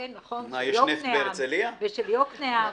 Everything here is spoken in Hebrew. נכון, ושל יקנעם.